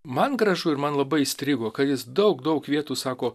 man gražu ir man labai įstrigo kad jis daug daug vietų sako